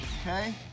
okay